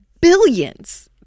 billions